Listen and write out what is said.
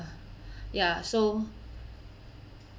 ya so